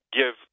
give